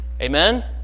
Amen